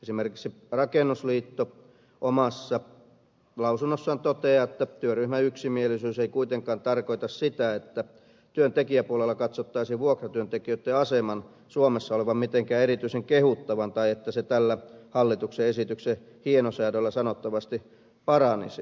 esimerkiksi rakennusliitto omassa lausunnossaan toteaa että työryhmän yksimielisyys ei kuitenkaan tarkoita sitä että työntekijäpuolella katsottaisiin vuokratyöntekijöitten aseman suomessa olevan mitenkään erityisen kehuttava tai että se tällä hallituksen esityksen hienosäädöllä sanottavasti paranisi